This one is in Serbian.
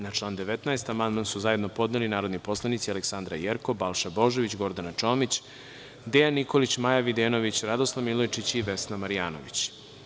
Na član 19. amandman su zajedno podneli narodni poslanici Aleksandra Jerkov, Balša Božović, Gordana Čomić, Dejan Nikolić, Maja Videnović, Radoslav Milojičić i Vesna Marjanović.